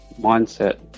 mindset